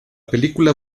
película